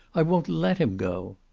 i won't let him go.